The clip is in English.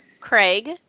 Craig